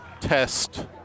test